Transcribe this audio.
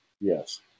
yes